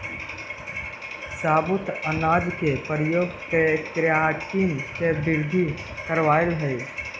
साबुत अनाज के प्रयोग केराटिन के वृद्धि करवावऽ हई